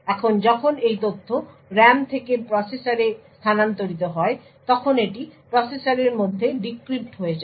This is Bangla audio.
এখন যখন এই তথ্য RAM থেকে প্রসেসরে স্থানান্তরিত হয় তখন এটি প্রসেসরের মধ্যে ডিক্রিপ্ট হয়ে যায়